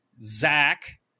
Zach